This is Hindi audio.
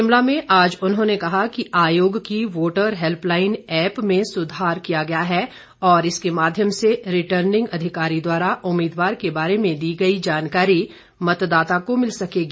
शिमला में आज उन्होंने कहा कि आयोग की वोटर हेल्पलाइन ऐप में सुधार किया गया है और इसके माध्यम से रिटर्निंग अधिकारी द्वारा उम्मीदवार के बारे में दी गई जानकारी मतदाता को मिल सकेगी